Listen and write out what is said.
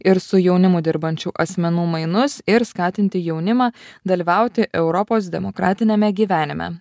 ir su jaunimu dirbančių asmenų mainus ir skatinti jaunimą dalyvauti europos demokratiniame gyvenime